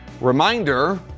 Reminder